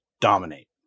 dominate